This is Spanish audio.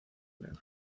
negro